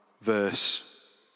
verse